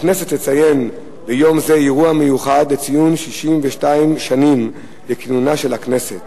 הכנסת תקיים ביום זה אירוע מיוחד לציון 62 שנים לכינונה של הכנסת.